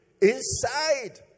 inside